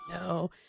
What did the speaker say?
no